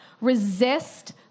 Resist